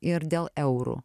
ir dėl eurų